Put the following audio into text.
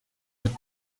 ati